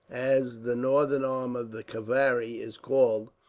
as the northern arm of the kavari is called,